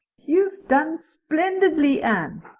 you've done splendidly, anne.